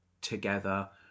together